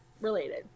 related